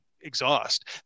exhaust